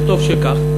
וטוב שכך,